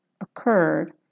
occurred